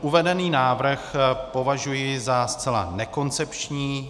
Uvedený návrh považuji za zcela nekoncepční.